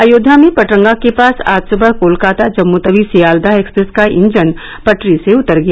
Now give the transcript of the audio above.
अयोध्या में पटरगा के पास आज सुबह कोलकाता जम्मूतवी सियालदह एक्सप्रेस का इंजन पटरी से उतर गया